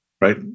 right